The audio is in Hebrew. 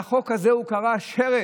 לחוק הזה הוא קרא שרץ,